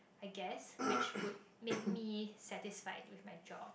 I guess which would make me satisfied with my job